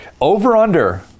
Over-under